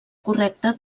correcta